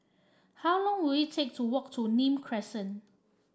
how long will it take to walk to Nim Crescent